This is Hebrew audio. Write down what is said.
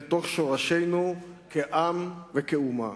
אל תוך שורשינו כעם וכאומה.